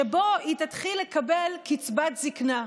שבו היא תתחיל לקבל קצבת זקנה,